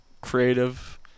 creative